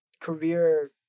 career